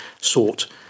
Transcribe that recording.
sought